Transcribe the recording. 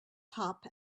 top